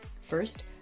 First